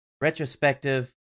retrospective